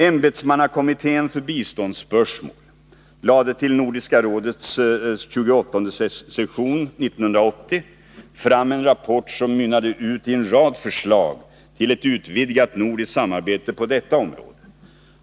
Ämbetsmannakommittén för biståndsspörsmål lade till Nordiska rådets 28:e session 1980 fram en rapport som mynnade ut i en rad förslag till ett utvidgat nordiskt samarbete på detta område.